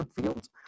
fields